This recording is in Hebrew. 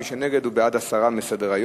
מי שנגד הוא בעד הסרה מסדר-היום.